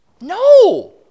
No